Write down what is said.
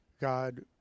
God